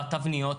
בתבניות,